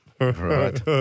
Right